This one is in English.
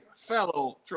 fellow